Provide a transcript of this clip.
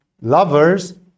Lovers